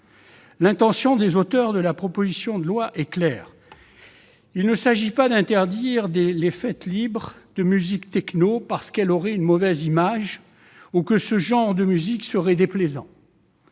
L'intention des auteurs de la proposition de loi est claire. Il s'agit non pas d'interdire les fêtes libres de musique techno parce qu'elles auraient une mauvaise image ou que ce genre de musique serait déplaisant,